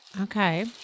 Okay